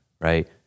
right